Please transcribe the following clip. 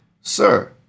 Sir